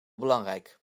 belangrijk